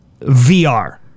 VR